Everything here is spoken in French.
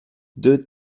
deux